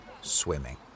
Swimming